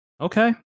Okay